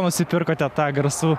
nusipirkote tą garsų